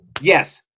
Yes